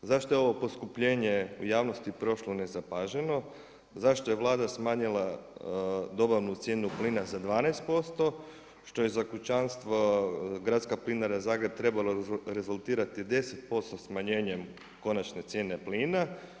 Zašto je ovo poskupljenje u javnosti prošlo nezapaženo, zašto je Vlada smanjila dobavnu cijenu plina za 12% što je za kućanstva Gradska plinara Zagreb trebala rezultirati 10% smanjenjem konačne cijene plina.